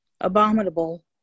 abominable